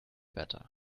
better